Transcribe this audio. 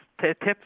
tips